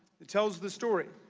it tells the story.